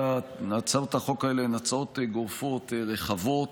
הצעות החוק האלה הן הצעות גורפות, רחבות,